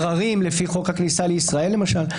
גם על בית הדין לעררים לפי חוק הכניסה לישראל למשל.